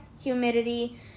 humidity